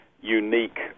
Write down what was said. unique